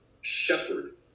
shepherd